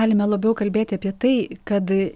galime labiau kalbėti apie tai kad